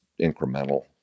incremental